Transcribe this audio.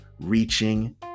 reaching